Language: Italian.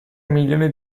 milioni